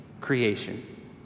creation